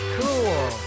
cool